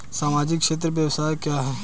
सामाजिक क्षेत्र व्यय क्या है?